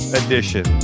edition